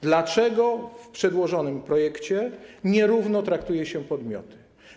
Dlaczego w przedłożonym projekcie nierówno traktuje się podmioty?